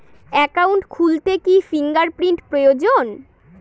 Account খুলতে কি finger print প্রয়োজন?